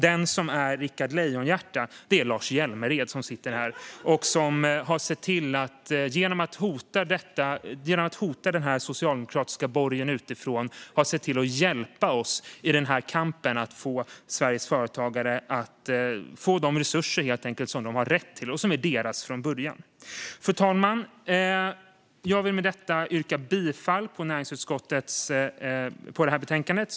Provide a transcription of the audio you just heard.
Den som är Rikard Lejonhjärta är Lars Hjälmered, som sitter här och som genom att hota den socialdemokratiska borgen utifrån har sett till att hjälpa oss i kampen för att Sveriges företagare ska få de resurser som de har rätt till och som är deras från början. Fru talman! Jag vill med detta yrka bifall till utskottets förslag i betänkandet.